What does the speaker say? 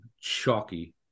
chalky